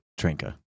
Trinka